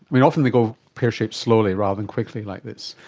mean, often they go pear shaped slowly rather than quickly like this,